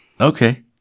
Okay